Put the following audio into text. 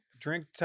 drink